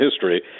history